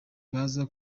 baza